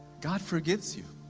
god forgives you.